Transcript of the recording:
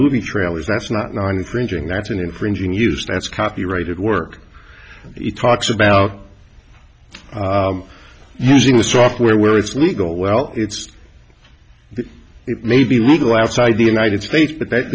movie trailers that's not nine infringing that's an infringing use that's copyrighted work it talks about using the software where it's legal well it's it may be legal outside the united states but that